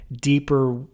deeper